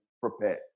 prepared